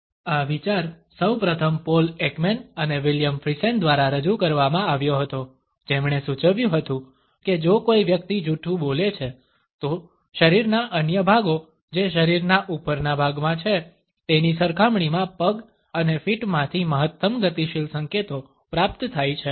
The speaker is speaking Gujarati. આ વિચાર સૌ પ્રથમ પોલ એકમેન અને વિલિયમ ફ્રીસેન દ્વારા રજૂ કરવામાં આવ્યો હતો જેમણે સૂચવ્યું હતું કે જો કોઈ વ્યક્તિ જૂઠું બોલે છે તો શરીરના અન્ય ભાગો જે શરીરના ઉપરના ભાગમાં છે તેની સરખામણીમાં પગ અને ફીટમાંથી મહત્તમ ગતિશિલ સંકેતો પ્રાપ્ત થાય છે